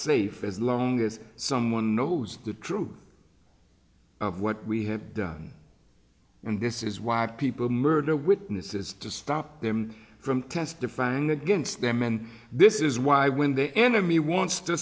safe as long as someone knows the truth of what we have done and this is why people murder witnesses to stop them from testifying against them and this is why when the enemy wants to